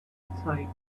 sight